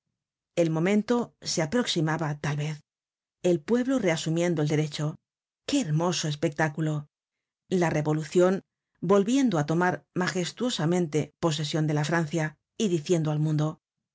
el momento se aproximaba tal vez el pueblo reasumiendo el derecho qué hermoso espectáculo la revolucion volviendo á tomar magestuosamente posesion de la francia y diciendo al mundo